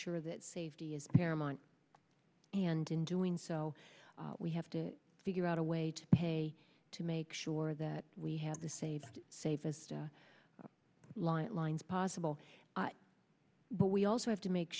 sure that safety is paramount and in doing so we have to figure out a way to pay to make sure that we have the save the safest light lines possible but we also have to make